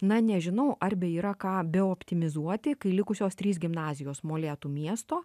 na nežinau ar beyra ką beoptimizuoti kai likusios trys gimnazijos molėtų miesto